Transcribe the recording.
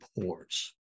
ports